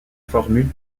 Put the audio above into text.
formule